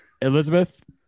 Elizabeth